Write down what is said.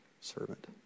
servant